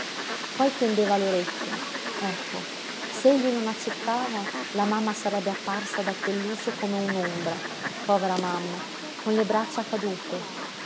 poi tendeva l'orecchio ecco se egli non accettava la mamma sarebbe apparsa da quell'uscio come un'ombra povera mamma con le braccia cadute